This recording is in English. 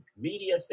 media